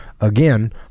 again